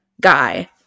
guy